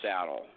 saddle